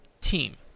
team